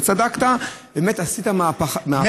וצדקת, באמת עשית מהפכה.